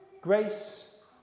Grace